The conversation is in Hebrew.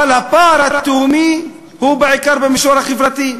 אבל הפער התהומי הוא בעיקר במישור החברתי.